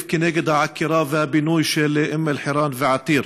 כנגד העקירה והבינוי של אום-אלחיראן ועתיר.